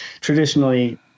traditionally